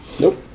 Nope